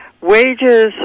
Wages